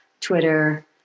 Twitter